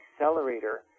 accelerator